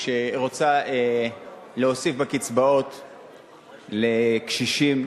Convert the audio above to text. שרוצה להוסיף בקצבאות לקשישים.